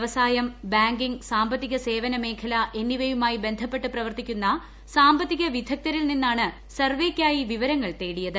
വൃവസായം banking സാമ്പത്തിക സേവന മേഖല എന്നിവയുമായി ബന്ധപ്പെട്ട് പ്രവർത്തിക്കുന്ന സാമ്പത്തിക വിദഗ്ധരിൽ നിന്നാണ് സർവ്വെയ്ക്കായി വിവരങ്ങൾ തേടിയത്